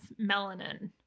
melanin